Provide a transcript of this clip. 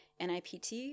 NIPT